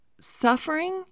suffering